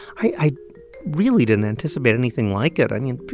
i really didn't anticipate anything like it. i mean,